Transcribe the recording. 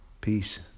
peace